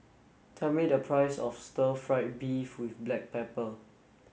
tell me the price of stir fried beef with black pepper